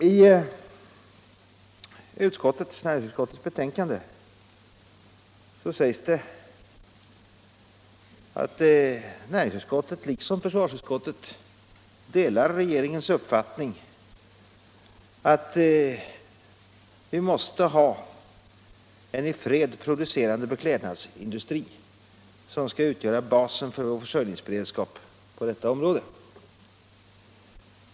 I näringsutskottets betänkande sägs det att näringsutskottet liksom försvarsutskottet delar regeringens uppfattning att vi måste ha en i fred producerande beklädnadsindustri som skall utgöra basen för vår försörj ningsberedskap på detta område.